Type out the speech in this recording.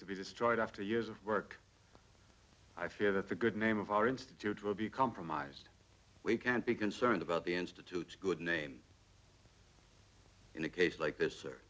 to be destroyed after years of work i fear that the good name of our institute will be compromised we can't be concerned about the institutes good name in a case like this